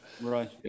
right